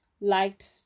liked